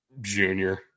Junior